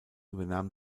übernahm